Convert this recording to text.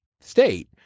state